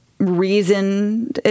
reason